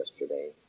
yesterday